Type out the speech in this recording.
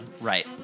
Right